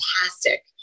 fantastic